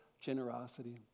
generosity